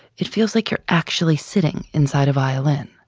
it feels like you're actually sitting inside a violin.